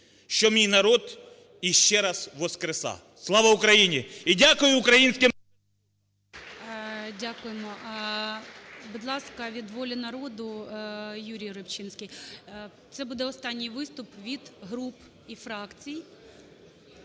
що мій народ іще раз воскреса". Слава Україні! І дякую українським… ГОЛОВУЮЧИЙ. Дякуємо. Будь ласка, від "Волі народу" Юрій Рибчинський. Це буде останній виступ від груп і фракцій,